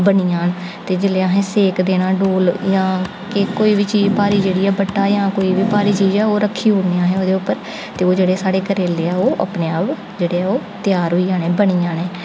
बनी जान ते जेल्लै अहें सेक देना डोल जां कि कोई बी चीज़ भारी जेह्ड़ी ऐ बट्टा जां कोई बी भारी चीज़ ऐ ओह् अहें रखी ओड़नी ओह्दे उप्पर ते ओह् जेह्ड़े साढ़े करेले ऐ ओह् अपने आप जेह्ड़े ऐ ओह् त्यार होई जाने बनी जाने